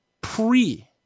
pre